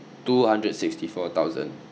two hundred sixty four thousand